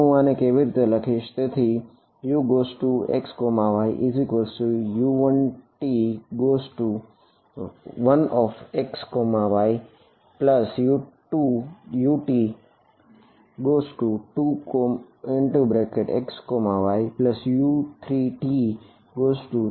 હવે હું તેને કેવી રીતે લખી શકીશ